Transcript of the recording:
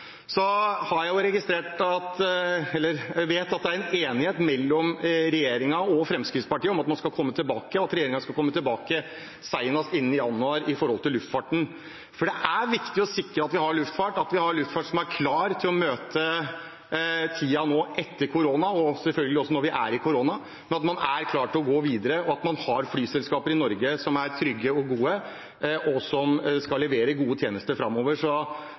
Jeg vet at det er enighet mellom regjeringen og Fremskrittspartiet om at regjeringen skal komme tilbake senest innen januar når det gjelder luftfarten. For det er viktig å sikre at vi har luftfart, at vi har luftfart som er klar til å møte tiden nå etter korona, og selvfølgelig også under korona, at man er klar til å gå videre, at man har flyselskaper i Norge som er trygge og gode, og som skal levere gode tjenester framover.